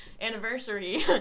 anniversary